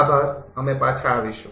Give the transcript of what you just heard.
આભાર અમે પાછા આવીશું